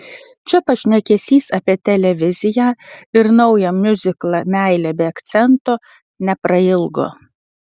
čia pašnekesys apie televiziją ir naują miuziklą meilė be akcento neprailgo